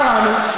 קראנו,